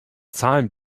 zahlen